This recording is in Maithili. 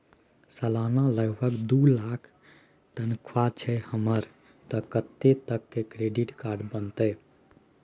सलाना लगभग दू लाख तनख्वाह छै हमर त कत्ते तक के क्रेडिट कार्ड बनतै?